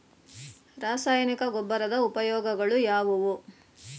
ರಾಸಾಯನಿಕ ಗೊಬ್ಬರದ ಉಪಯೋಗಗಳು ಯಾವುವು?